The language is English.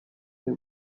they